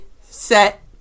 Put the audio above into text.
set